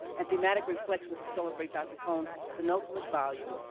and thematic reflection to celebrate dr. cone's penultimate volume,